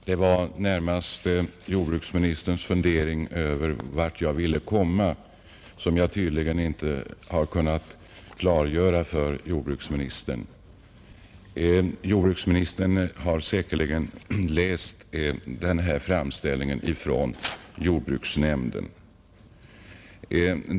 Herr talman! Jordbruksministern funderade över vart jag ville komma — jag har tydligen inte lyckats klargöra detta för jordbruksministern. Men jordbruksministern har säkerligen läst framställningen från jordbruksnämnden.